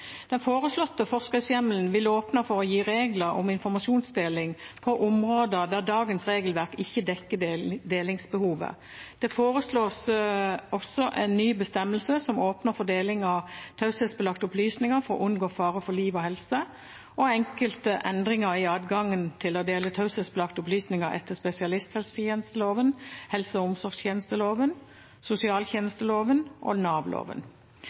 Den foreslåtte forskriftshjemmelen vil åpne for å gi regler om informasjonsdeling på områder der dagens regelverk ikke dekker delingsbehovet. Det foreslås også en ny bestemmelse som åpner for deling av taushetsbelagte opplysninger for å unngå fare for liv og helse og enkelte endringer i adgangen til å dele taushetsbelagte opplysninger etter spesialisthelsetjenesteloven, helse- og omsorgstjenesteloven, sosialtjenesteloven og